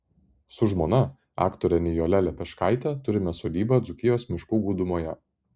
su žmona aktore nijole lepeškaite turime sodybą dzūkijos miškų gūdumoje